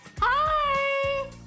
Hi